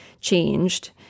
changed